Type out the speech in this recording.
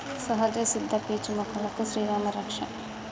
సహజ సిద్ద పీచులు మొక్కలకు శ్రీరామా రక్ష